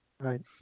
Right